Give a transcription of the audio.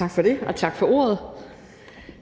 Juul (KF): Tak for ordet.